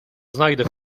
znajdę